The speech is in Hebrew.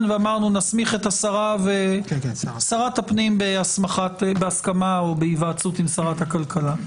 ואמרנו שנסמיך את שרת הפנים בהסכמה או בהיוועצות עם שרת הכלכלה.